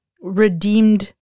redeemed